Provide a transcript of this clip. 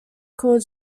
called